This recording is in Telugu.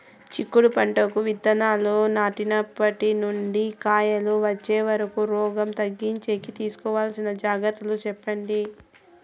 చిక్కుడు పంటకు విత్తనాలు నాటినప్పటి నుండి కాయలు వచ్చే వరకు రోగం తగ్గించేకి తీసుకోవాల్సిన జాగ్రత్తలు చెప్పండి?